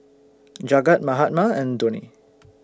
Jagat Mahatma and Dhoni